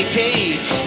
cage